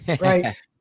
right